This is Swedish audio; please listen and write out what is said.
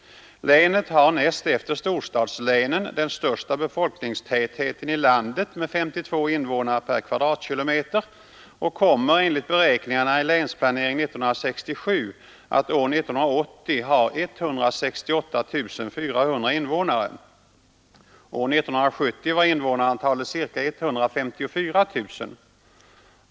Länet har näst efter storstadslänen den största befolkningstätheten i landet med 52 invånare per kvadratkilometer och kommer enligt beräkningarna i Länsplanering 1967 att år 1980 ha 168 400 invånare. År 1970 var invånarantalet ca 154000.